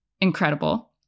incredible